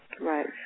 Right